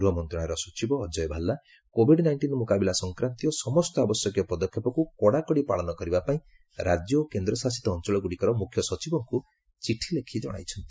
ଗୃହ ମନ୍ତ୍ରଣାଳୟର ସଚିବ ଅଜୟ ଭାଲ୍ଲା କୋଭିଡ୍ ନାଇଷ୍ଟିନ୍ ମୁକାବିଲା ସଂକ୍ରାନ୍ତୀୟ ସମସ୍ତ ଆବଶ୍ୟକୀୟ ପଦକ୍ଷେପକୁ କଡ଼ାକଡ଼ି ପାଳନ କରିବା ପାଇଁ ରାଜ୍ୟ ଓ କେନ୍ଦ୍ରଶାସିତ ଅଞ୍ଚଳଗୁଡ଼ିକର ମୁଖ୍ୟ ସଚିବଙ୍କୁ ଚିଠି ଲେଖି ଜଣାଇଛନ୍ତି